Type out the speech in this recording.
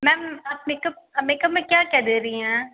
ma'am आप makeup आप makeup में क्या क्या दे रही हैं